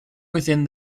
within